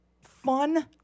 fun